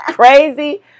Crazy